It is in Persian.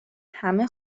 همه